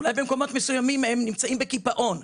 אולי במקומות מסוימים נמצאים בקיפאון,